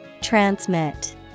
Transmit